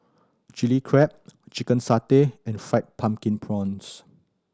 Chili Crab chicken satay and Fried Pumpkin Prawns